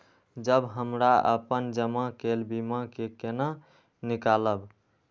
जब हमरा अपन जमा केल बीमा के केना निकालब?